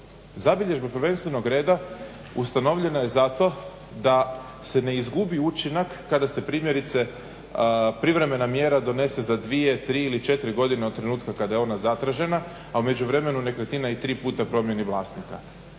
zabilježba prvenstvenog reda ustanovljena je zato da se ne izgubi učinak kada se primjerice privremena mjera donese za dvije, tri ili četiri godine od trenutka kada je ona zatražena, a u međuvremenu nekretnina i tri puta promijeni vlasnika.